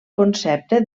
concepte